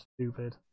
Stupid